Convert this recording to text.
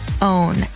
own